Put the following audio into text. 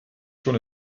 schon